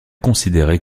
considérée